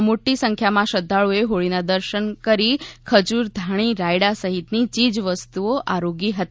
જેમાં મોટી સંખ્યામાં શ્રદ્ધાંળુઓએ હોળીના દર્શન કર ખજૂર ધાણી રાયડા સહિતની ચીજવસ્તુઓ આરોગી હતી